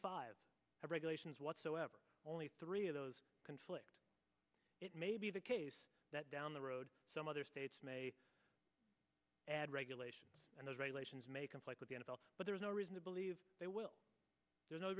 five regulations whatsoever only three of those conflicts it may be the case that down the road some other states may add regulations and those regulations may conflict with the n f l but there's no reason to believe they will there's no